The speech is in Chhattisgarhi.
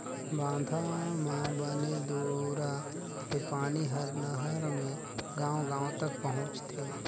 बांधा म बने दूरा ले पानी हर नहर मे गांव गांव तक पहुंचथे